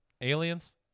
aliens